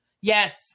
Yes